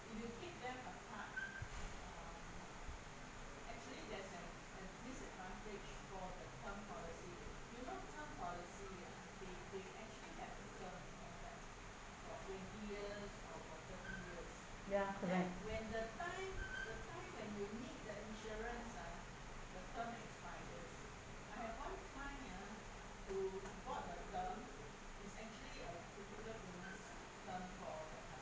correct correct